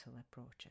approaches